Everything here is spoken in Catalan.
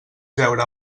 veure